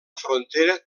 frontera